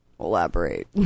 Elaborate